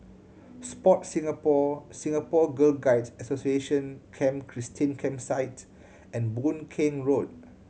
Sport Singapore Singapore Girl Guides Association Camp Christine Campsite and Boon Keng Road